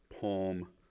Palm